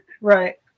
Right